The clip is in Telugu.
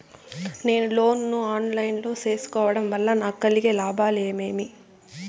నేను లోను ను ఆన్ లైను లో సేసుకోవడం వల్ల నాకు కలిగే లాభాలు ఏమేమీ?